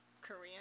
Korean